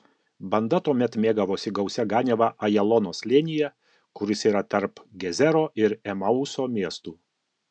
banda tuomet mėgavosi gausia ganiava ajalono slėnyje kuris yra tarp gezero ir emauso miestų